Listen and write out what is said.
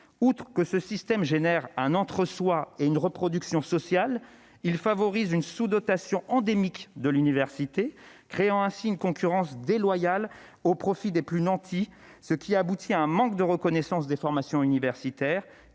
Outre qu'il engendre entre-soi et reproduction sociale, ce système favorise une sous-dotation endémique de l'université. Est ainsi créée une concurrence déloyale au profit des plus nantis, ce qui aboutit à un manque de reconnaissance des formations universitaires,